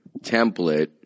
template